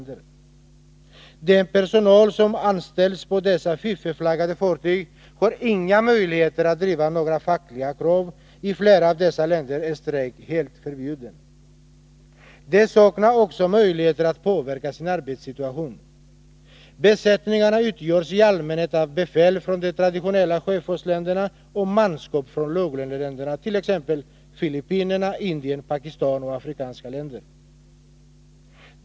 Den personal som anställs på dessa fiffelflaggade fartyg har inga möjligheter att driva fackliga krav — i flera av dessa länder är det helt förbjudet att strejka. Personalen saknar också möjligheter att påverka sin arbetssituation. Besättningarna utgörs i allmänhet av befäl från de traditionella sjöfartsländerna och av manskap från låglöneländerna, t.ex. Filippinerna, Indien, Pakistan och afrikanska länder.